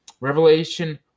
Revelation